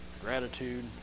Gratitude